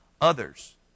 others